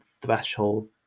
threshold